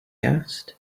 asked